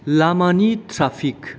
लामानि ट्रापिक